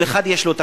לכל אחד יש תפקיד.